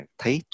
thấy